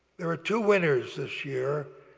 there are two winners this year.